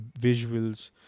visuals